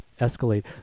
escalate